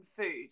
food